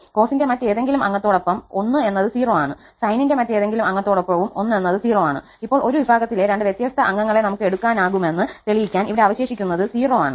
കോസിന്റെ മറ്റേതെങ്കിലും അംഗത്തോടൊപ്പം 1 എന്നത് 0 ആണ് സൈനിന്റെ മറ്റേതെങ്കിലും അംഗത്തോടൊപ്പവും 1 എന്നത് 0 ആണ് ഇപ്പോൾ ഒരു വിഭാഗത്തിലെ രണ്ട് വ്യത്യസ്ത അംഗങ്ങളെ നമുക്ക് എടുക്കാനാകുമെന്ന് തെളിയിക്കാൻ ഇവിടെ അവശേഷിക്കുന്നത് 0 ആണ്